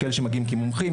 יש כאלה שמגיעים כמומחים,